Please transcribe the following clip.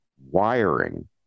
wiring